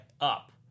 up